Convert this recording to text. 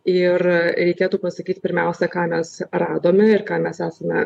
ir reikėtų pasakyt pirmiausia ką mes radome ir ką mes esame